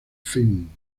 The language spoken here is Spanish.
fin